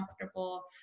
comfortable